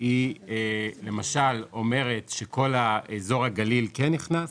היא למשל אומרת שכל אזור הגליל כן נכנס,